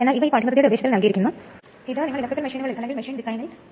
പ്രത്യേകിച്ചും അടിസ്ഥാന തലത്തിൽ കുറച്ച് മാത്രമേ പഠിപ്പിക്കൂ